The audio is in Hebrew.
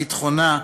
ביטחונה,